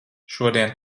šodien